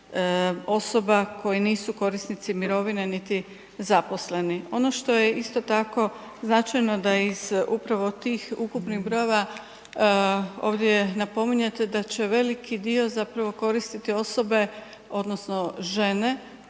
osoba koji nisu korisnici mirovine niti zaposleni. Ono što je isto tako značajno da iz upravo tih ukupnih brojeva ovdje napominjete da će veliki dio zapravo koristiti osobe odnosno žene